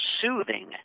soothing